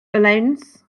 alliance